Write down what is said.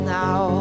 now